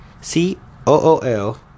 c-o-o-l